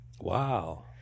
Wow